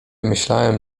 myślałem